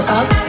up